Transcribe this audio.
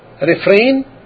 refrain